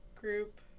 group